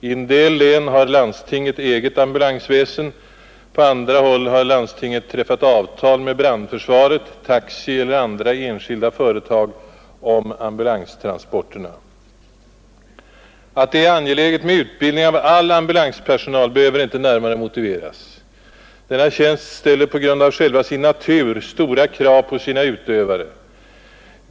I en del län har landstinget eget ambulansväsen, på andra håll har landstinget träffat avtal med brandförsvaret, taxi eller andra enskilda företag om ambulanstransporterna. Att det är angeläget med utbildning av all ambulanspersonal behöver inte närmare motiveras. Denna tjänst ställer på grund av själva sin natur stora krav på sina utövare.